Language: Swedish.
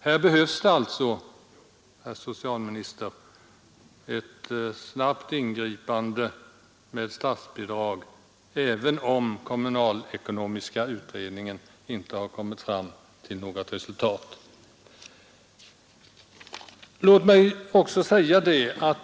Här behövs det alltså, herr socialminister, ett snabbt ingripande med statsbidrag, även om kommunalekonomiska utredningen inte har kommit fram till något resultat ännu.